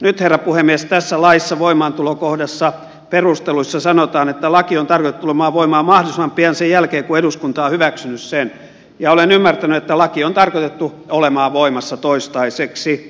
nyt herra puhemies tässä laissa voimaantulokohdassa perusteluissa sanotaan että laki on tarkoitettu tulemaan voimaan mahdollisimman pian sen jälkeen kun eduskunta on hyväksynyt sen ja olen ymmärtänyt että laki on tarkoitettu olemaan voimassa toistaiseksi